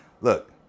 Look